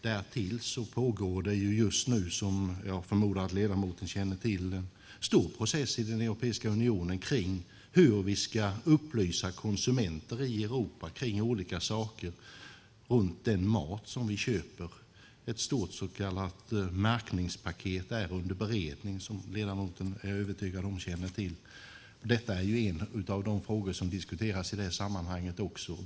Därtill pågår det just nu, som jag förmodar att ledamoten känner till, en stor process i Europeiska unionen om hur vi ska upplysa konsumenter i Europa om olika saker runt den mat som vi köper. Ett stort så kallat märkningspaket är under beredning, som jag är övertygad om att ledamoten känner till. Detta är en av de frågor som diskuteras i det sammanhanget.